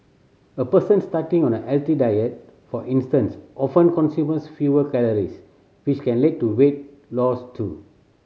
a person starting on a healthy diet for instance often consumers fewer calories which can lead to weight loss too